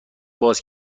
باز